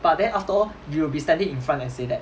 but then after all you will be standing in front and say that